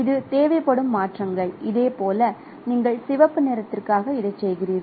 இது தேவைப்படும் மாற்றங்கள் இதேபோல் நீங்கள் சிவப்பு நிறத்திற்காக இதைச் செய்கிறீர்கள்